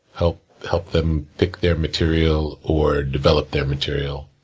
help help them pick their material, or develop their material,